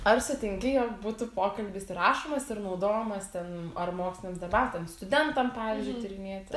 ar sutinki jog būtų pokalbis įrašomas ir naudojamas ten ar moksliniams debatams studentam pavyzdžiui tyrinėti